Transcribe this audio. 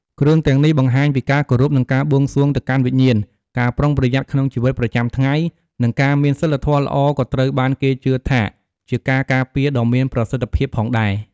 គ្រឿងទាំងនេះបង្ហាញពីការគោរព និងការបួងសួងទៅកាន់វិញ្ញាណ ការប្រុងប្រយ័ត្នក្នុងជីវិតប្រចាំថ្ងៃ និងការមានសីលធម៌ល្អ ក៏ត្រូវបានគេជឿថាជាការការពារដ៏មានប្រសិទ្ធភាពផងដែរ។